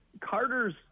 Carter's